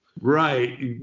Right